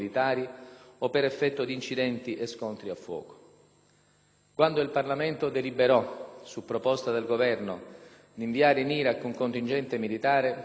inviare in Iraq un contingente militare per contribuire alla ricostruzione civile ed economica di quel Paese, nessuno si nascondeva quanto la missione fosse difficile e rischiosa.